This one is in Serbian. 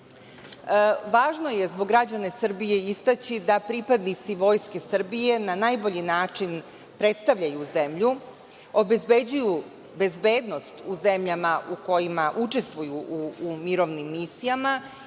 je zbog građana Srbije istaći da pripadnici Vojske Srbije na najbolji način predstavljaju zemlju, obezbeđuju bezbednost u zemljama u kojima učestvuju u mirovnim misijama